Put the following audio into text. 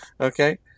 Okay